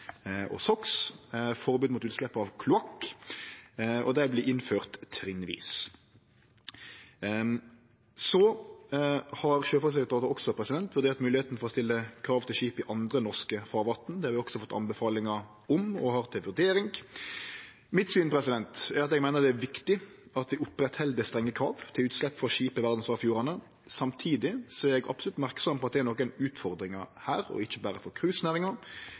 og SO x og forbod mot utslepp av kloakk, og dei vert innførde trinnvis. Sjøfartsdirektoratet har også vurdert moglegheita for å stille krav til skip i andre norske farvatn. Det har vi også fått anbefalingar om og har til vurdering. Mitt syn er at eg meiner det er viktig at vi opprettheld strenge krav til utslepp frå skip i verdsarvfjordane. Samtidig er eg absolutt merksam på at det er nokre utfordringar her, og ikkje berre for